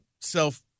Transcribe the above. self